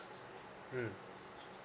mm